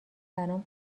برام